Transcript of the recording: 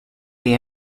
pay